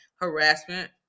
Harassment